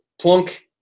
plunk